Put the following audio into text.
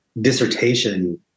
dissertation